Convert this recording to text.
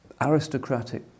aristocratic